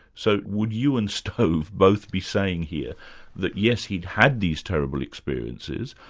so would you and stove both be saying here that, yes, he'd had these terrible experiences,